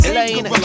Elaine